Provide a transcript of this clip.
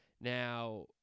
Now